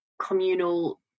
communal